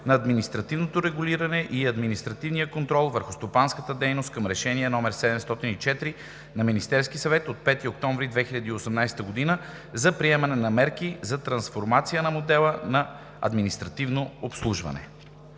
на административното регулиране и административния контрол върху стопанската дейност към Решение № 704 на Министерския съвет от 5 октомври 2018 г. за приемане на мерки за трансформация на модела на административно обслужване.